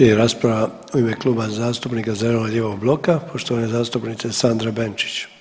Slijedi rasprava u ime Kluba zastupnika zeleno-lijevog bloka poštovane zastupnice Sandre Benčić.